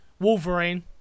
Wolverine